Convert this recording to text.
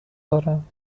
دارم